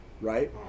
right